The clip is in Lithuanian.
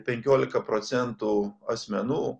penkiolika procentų asmenų